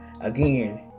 Again